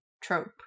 Trope